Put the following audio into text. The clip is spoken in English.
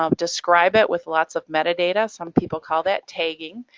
um describe it with lots of metadata. some people call that tagging.